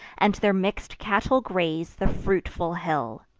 and their mix'd cattle graze the fruitful hill.